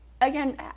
Again